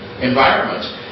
environments